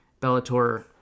Bellator